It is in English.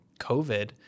COVID